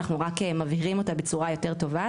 אנחנו רק מבהירים אותה בצורה יותר טובה.